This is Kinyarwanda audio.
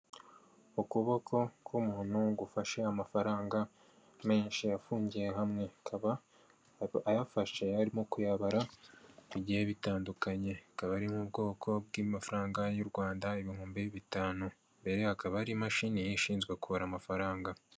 Ukuboko k'umuntu gufashe amafaranga menshi afungiwe hamwe, akaba ayafashe arimo kuyabara bigiye bitandukanye, akaba ari mu bwoko bw'amafaranga y'u Rwanda ibihumbi bitanu, imbere hakaba hari imashini ishinzwe kubara amafaranga.